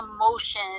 emotion